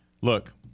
Look